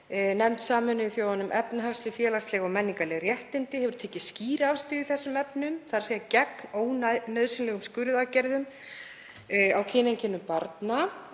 Nefnd Sameinuðu þjóðanna um efnahagsleg, félagsleg og menningarleg réttindi hefur tekið skýra afstöðu í þessum efnum, þ.e. gegn ónauðsynlegum skurðaðgerðum á kynfærum barna